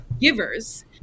givers